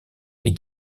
les